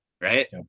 right